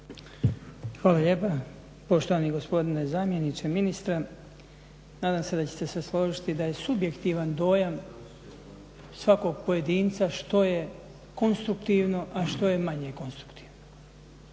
Hvala lijepa. Poštovani gospodine zamjeniče ministra, nadam se da ćete se složiti da je subjektivan dojam svakog pojedinca što je konstruktivno, a što je manje konstruktivno.